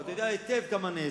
ואתה יודע היטב כמה נעשה,